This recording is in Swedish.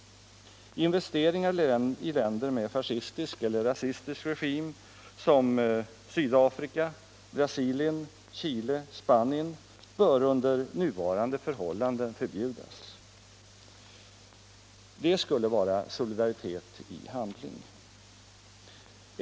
Investeringar i länder med fascistisk eller rasistisk regim — såsom Sydafrika, Brasilien, Chile, Spanien - bör under nuvarande förhållanden förbjudas. Det skulle vara solidaritet i handling.